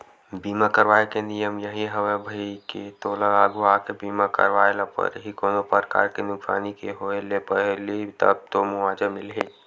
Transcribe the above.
बीमा करवाय के नियम यही हवय भई के तोला अघुवाके बीमा करवाय ल परही कोनो परकार के नुकसानी के होय ले पहिली तब तो मुवाजा मिलही